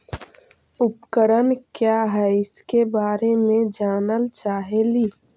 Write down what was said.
उपकरण क्या है इसके बारे मे जानल चाहेली?